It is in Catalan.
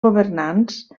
governants